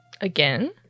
Again